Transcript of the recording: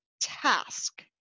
task